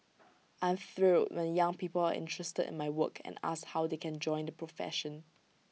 I am thrilled when young people are interested in my work and ask how they can join the profession